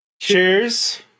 cheers